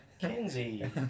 Kinsey